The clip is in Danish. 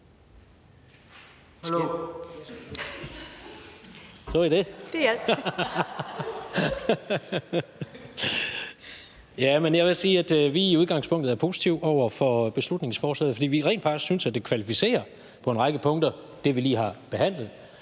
Jeg kan sige, at vi i udgangspunktet er positive over for beslutningsforslaget, fordi vi rent faktisk synes, at det på en række punkter kvalificerer det, vi lige har forhandlet.